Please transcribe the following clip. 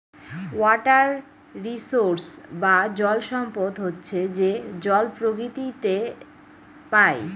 water resource বা জল সম্পদ হচ্ছে যে জল প্রকৃতিতে পাই